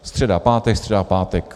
Středa, pátek, středa, pátek.